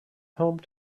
home